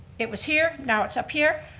it was here, now it's up here.